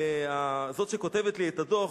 זאת שכותבת לי את הדוח,